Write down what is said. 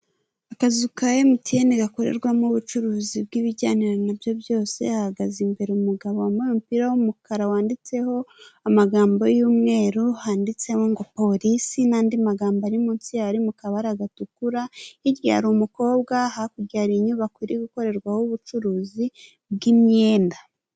Akazu ka MTN gakorerwamo ubucuruzi bw'ibijyanye na byo byose. Hahagaze imbere umugabo wambaye umupira w'umukara wanditseho amagambo y'umweru, handitseho ngo polisi, n'andi magambo ari munsi yaho ari mu kabara gatukura. Hirya hari umukobwa, hakurya hari inyubako irigukorerwaho ubucuruzi bw'imyenda.